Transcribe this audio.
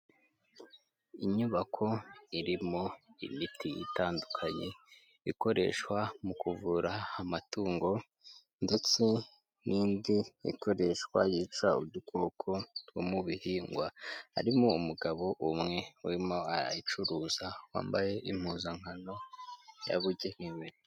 Inyubako irimo imiti itandukanye ikoreshwa mu kuvura amatungo ndetse n'indi ikoreshwa yica udukoko two mu bihingwa, harimo umugabo umwe urimo arayicuruza wambaye impuzankano yabugenewe.